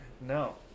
No